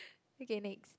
okay next